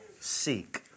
seek